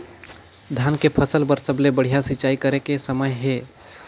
धान के फसल बार सबले बढ़िया सिंचाई करे के समय हे?